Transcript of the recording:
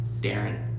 Darren